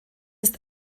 ist